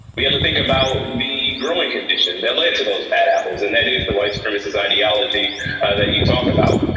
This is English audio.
we have to think about the growing condition that led to those bad apples. and that is the white supremacist ideology that you talk about.